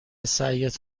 سعیت